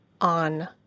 on